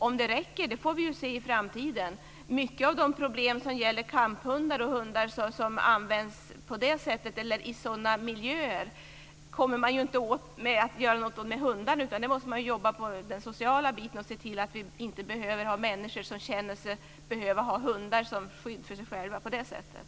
Om det räcker får vi se i framtiden. Många av de problem som gäller kamphundar och hundar som används i sådana miljöer kommer man inte åt genom att vidta åtgärder mot hundarna, utan man måste jobba på den sociala biten och se till att det inte finns människor som känner att de behöver ha hundar som skydd för sig själva på det sättet.